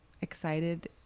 excited